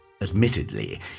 Admittedly